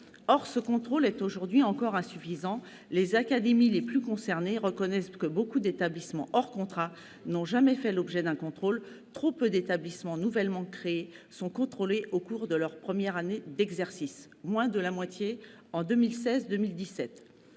Or ce contrôle est encore insuffisant aujourd'hui. Les académies les plus concernées reconnaissent que de nombreux établissements hors contrat n'ont jamais fait l'objet d'un contrôle. Trop peu d'établissements nouvellement créés sont contrôlés au cours de leur première année d'exercice : moins de la moitié sur